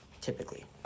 Typically